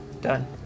Done